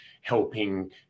helping